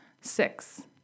Six